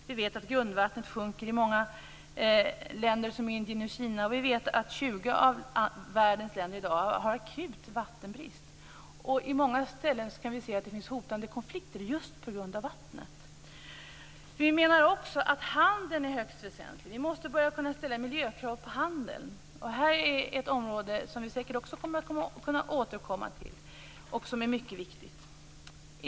Vi vet att grundvattnet sjunker i många länder, som Indien och Kina, och tjugo av världens länder har i dag akut vattenbrist. På många ställen kan vi se att det finns hotande konflikter just på grund av vattnet. Vi menar också att handeln är högst väsentlig. Vi måste börja kunna ställa miljökrav på handeln. Här är ett område som vi säkert kommer att kunna återkomma till och som är mycket viktigt.